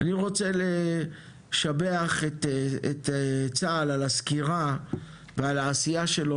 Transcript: אני רוצה לשבח את צה"ל על הסקירה ועל העשייה שלו